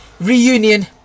reunion